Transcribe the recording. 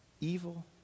evil